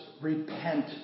repent